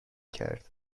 کرد